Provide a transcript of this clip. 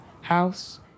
house